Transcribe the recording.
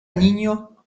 niño